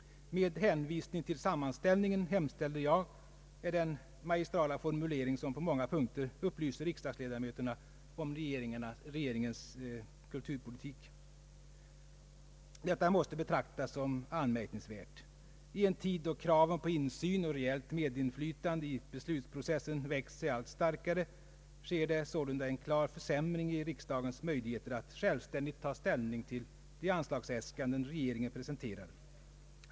”Med hänvisning till sammanställningen hemställer jag”, är den magistrala formulering som på många punkter upplyser riksdagsledamöterna om regeringens kulturpolitik. Detta måste betraktas som anmärkningsvärt. I en tid då kraven på insyn och reellt medinflytande i beslutsprocessen växt sig allt starkare sker det således en klar försämring i riksdagens möjligheter att självständigt ta ställning till de anslagsäskanden regeringen presenterar.